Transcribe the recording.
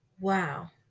Wow